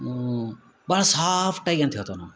ಭಾಳ್ ಸಾಫ್ಟ್ ಆಗಿ ಅಂತ್ ಹೇಳ್ತೆವೆ ನಾವು